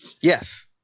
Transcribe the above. Yes